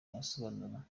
arasobanutse